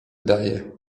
daje